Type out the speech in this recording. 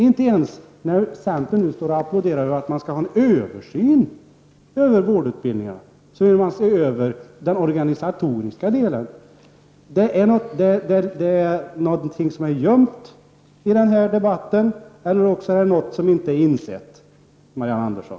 Inte ens när centern applåderar en översyn av vårdutbildningarna vill man se över den organisatoriska delen. Det är något som är gömt i debatten eller också är det något som man inte har insett, Marianne Andersson.